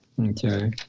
Okay